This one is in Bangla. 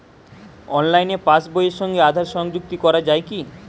অনলাইনে পাশ বইয়ের সঙ্গে আধার সংযুক্তি করা যায় কি?